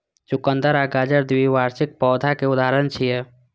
चुकंदर आ गाजर द्विवार्षिक पौधाक उदाहरण छियै